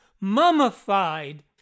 mummified